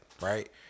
right